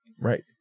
right